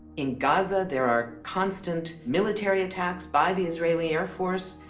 in gaza, there are constant military attacks by the israeli air force,